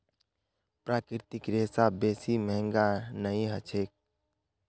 प्राकृतिक रेशा बेसी महंगा नइ ह छेक